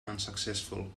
unsuccessful